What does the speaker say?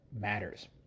matters